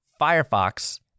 Firefox